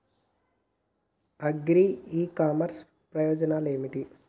Agri e commerce ప్రయోజనాలు ఏమిటి?